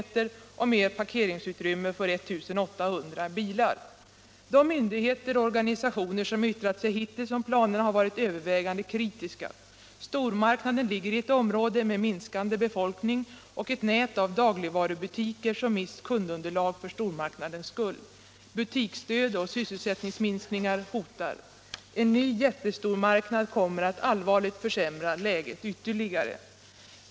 och med parkeringsutrymme för 1 800 bilar. De myndigheter och organisationer som yttrat sig hittills om planerna har varit övervägande kritiska. Stormarknaden ligger i ett område med minskande befolkning och ett nät av dagligvarubutiker som mist kundunderlag för stormarknadens skull. Butiksdöd och sysselsättningsminskningar hotar. En ny jättestormarknad kommer att ytterligare allvarligt försämra läget.